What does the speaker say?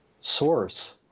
source